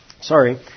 Sorry